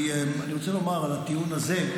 אני רוצה לומר על הטיעון הזה,